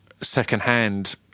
secondhand